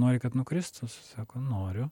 nori kad nukristų sako noriu